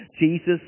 Jesus